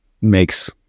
Makes